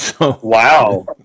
Wow